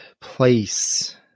place